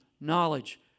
knowledge